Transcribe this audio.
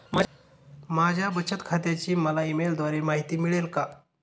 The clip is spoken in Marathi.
माझ्या बचत खात्याची मला ई मेलद्वारे माहिती मिळेल का?